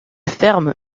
ferme